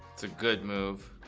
it's a good move